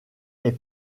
est